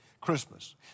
Christmas